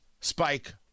spike